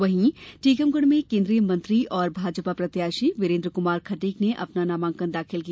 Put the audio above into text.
वहीं टीकमगढ में केन्द्रीय मंत्री और भाजपा प्रत्याशी वीरेन्द्र कुमार खटीक ने अपना नामांकन दाखिल किया